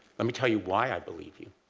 let me tell you why i believe you.